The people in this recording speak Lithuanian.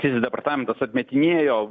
teisės departamentas atmetinėjo